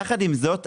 יחד עם זאת,